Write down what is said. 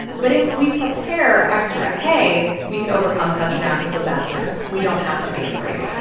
but if we prepare extra hay, we can overcome such natural disasters. we don't have to be afraid